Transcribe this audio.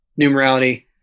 Numerality